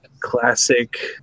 classic